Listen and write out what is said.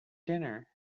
dinner